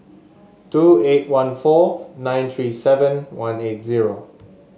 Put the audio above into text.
two eight one four nine three seven one eight zero